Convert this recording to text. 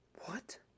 What